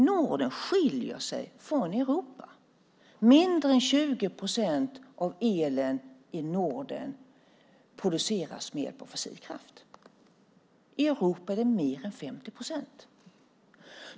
Norden skiljer sig från Europa. Mindre än 20 procent av elen i Norden produceras med hjälp av fossil kraft. I Europa är det mer än 50 procent.